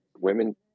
Women